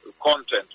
content